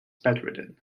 bedridden